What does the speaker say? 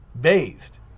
bathed